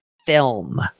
film